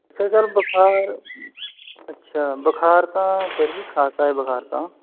ਫਿਰ ਸਰ ਬੁਖ਼ਾਰ ਅੱਛਾ ਬੁਖਾਰ ਤਾਂ ਫਿਰ ਵੀ ਖ਼ਾਸਾ ਏ ਬੁਖ਼ਾਰ ਤਾਂ